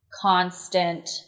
constant